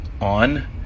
on